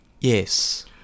Yes